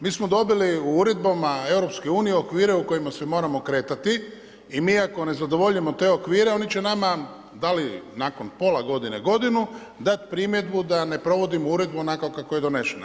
Mi smo dobili u uredbama EU okvire u kojima se moramo kretati i mi ako ne zadovoljimo te okvire oni će nama da li nakon pola godine, godinu dati primjedbu da ne provodimo uredbu onako kako je donesena.